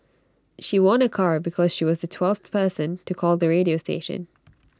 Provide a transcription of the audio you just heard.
she won A car because she was the twelfth person to call the radio station